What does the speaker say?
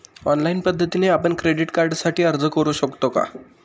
Online पद्धतीने आपण credit कार्डसाठी अर्ज करु शकतो का?